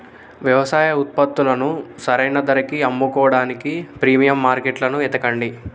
యవసాయ ఉత్పత్తులను సరైన ధరకి అమ్ముకోడానికి ప్రీమియం మార్కెట్లను ఎతకండి